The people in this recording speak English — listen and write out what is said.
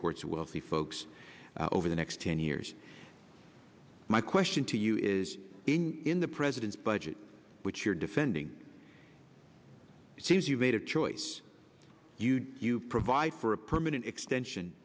towards the wealthy folks over the next ten years my question to you is in the president's budget which you're defending it seems you made a choice you provide for a permanent extension